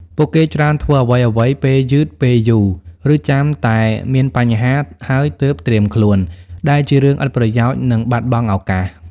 ពួកគេច្រើនធ្វើអ្វីៗពេលយឺតពេលយូរ ឬចាំតែមានបញ្ហាហើយទើបត្រៀមខ្លួន ដែលជារឿងឥតប្រយោជន៍ និងបាត់បង់ឱកាស។